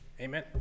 Amen